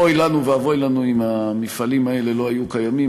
אוי לנו ואבוי לנו אם המפעלים האלה לא היו קיימים.